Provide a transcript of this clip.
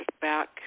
back